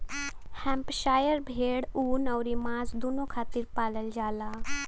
Hampshire भेड़ ऊन अउरी मांस दूनो खातिर पालल जाला